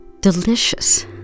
delicious